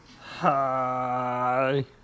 Hi